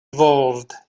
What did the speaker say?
evolved